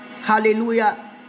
Hallelujah